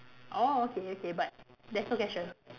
orh okay okay but there's no cashier